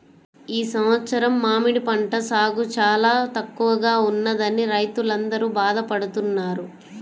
ఈ సంవత్సరం మామిడి పంట సాగు చాలా తక్కువగా ఉన్నదని రైతులందరూ బాధ పడుతున్నారు